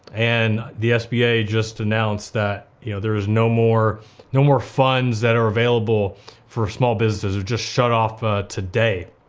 and the sba just announced that you know there is no more no more funds that are available for small businesses, it just shut off today.